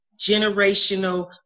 generational